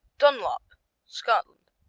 dunlop scotland